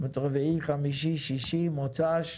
זאת אומרת, רביעי, חמישי, שישי, מוצ"ש